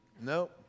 nope